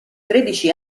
tredici